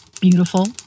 beautiful